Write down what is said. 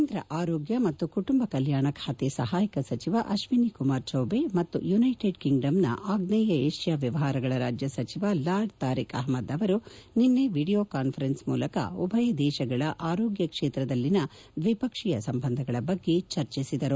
ಕೇಂದ್ರ ಆರೋಗ್ಚ ಮತ್ತು ಕುಟುಂಬ ಕಲ್ಯಾಣ ಖಾತೆ ಸಹಾಯಕ ಸಚಿವ ಅಶ್ವಿನಿ ಕುಮಾರ್ ಚೌಬೆ ಮತ್ತು ಯುನೈಟೆಡ್ ಕಿಂಗ್ಡಂನ ಆಗ್ನೇಯ ಏಷ್ಯಾ ವ್ಯವಹಾರಗಳ ರಾಜ್ಯ ಸಚಿವ ಲಾರ್ಡ್ ತಾರಿಕ್ ಅಪ್ಲದ್ ಅವರು ನಿನ್ನೆ ವಿಡಿಯೋ ಕಾನ್ವರೆನ್ಸ್ ಮೂಲಕ ಉಭಯ ದೇಶಗಳ ಆರೋಗ್ಯ ಕ್ಷೇತ್ರದಲ್ಲಿನ ದ್ವಿಪಕ್ಷೀಯ ಸಂಬಂಧಗಳ ಬಗ್ಗೆ ಚರ್ಚಿಸಿದರು